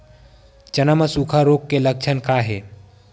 चना म सुखा रोग के लक्षण का हे?